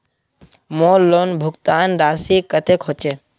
मोर लोन भुगतान राशि कतेक होचए?